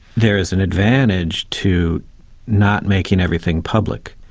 there's an advantage to not making everything public.